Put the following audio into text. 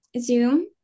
zoom